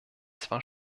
zwar